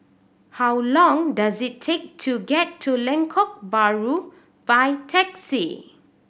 how long does it take to get to Lengkok Bahru by taxi